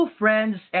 friends